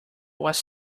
was